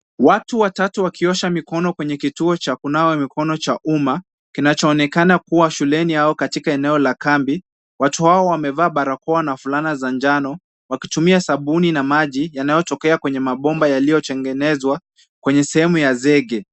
Watu watatu wakiosha mikono kwenye kituo cha kunawa mikono cha umma, kinachoonekana kuwa shuleni au katika eneo la kambi. Watu hao wamevaa barakoa na fulana za njano ,wakitumia sabuni na maji, yanayotokea kwenye mabomba yaliyotengenezwa ,kwenye sehemu ya zege.